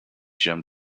gem